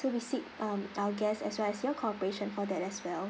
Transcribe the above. so we seek um our guests as well as your cooperation for that as well